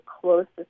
closest